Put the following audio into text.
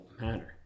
matter